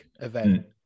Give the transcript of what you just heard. event